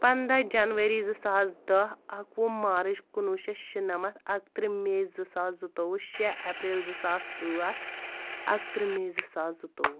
پنٛدہ جنؤری زٕ ساس دٔہ اَکوُہ مارٕچ کُنوُہ شٮ۪تھ شُنَمَتھ اَکہٕ تٕرٛہ مے زٕ ساس زٕتووُہ شےٚ اپریل زٕ ساس ٲٹھ اَکہٕ تٕرٛہ مے زٕ ساس زٕتووُہ